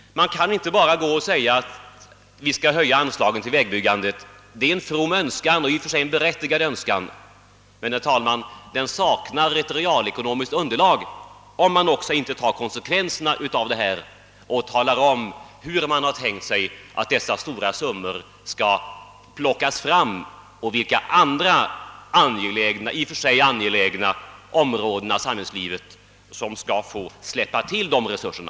Man kan inte bara kräva att vi skall höja anslaget till vägbyggande. Det är en from och i och för sig berättigad önskan, men den saknar realekonomiskt underlag om man inte samtidigt talar om hur man tänkt sig att dessa stora belopp skall kunna plockas fram och vilka andra angelägna områden av samhällslivet som skall släppa till resurserna.